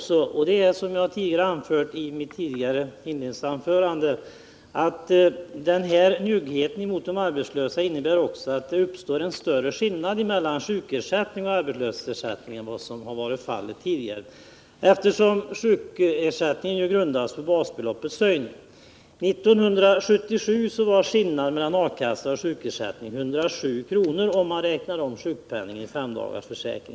Som jag nämnde i mitt inledningsanförande uppstår genom njuggheten mot de arbetslösa en större skillnad mellan sjukersättning och arbetslöshetsersättning än vad som varit fallet tidigare, eftersom sjukersättningen grundas på basbeloppet. 1977 var skillnaden mellan arbetslöshetsersättningen och sjukersättningen 107 kr., om man räknar om sjukpenningen i 5-dagarsförsäkring.